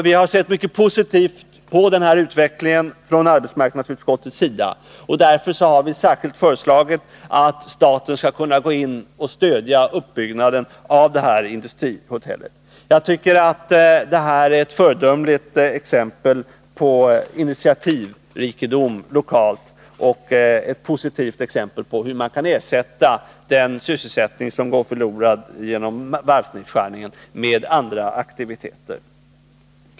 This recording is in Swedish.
Vi har sett mycket positivt på denna utveckling från arbetsmarknadsutskottets sida, och därför har vi särskilt föreslagit att staten skall kunna gå in och stödja uppbyggnaden av industrihotellet. Jag tycker att detta är ett föredömligt exempel på lokal initiativrikedom och ett positivt exempel på hur man kan ersätta den sysselsättning som går förlorad genom varvsnedskärningen med andra aktiviteter.